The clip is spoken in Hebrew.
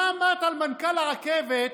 מה אמרת על מנכ"ל הרכבת,